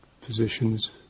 positions